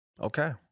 Okay